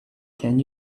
can